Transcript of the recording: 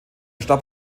starb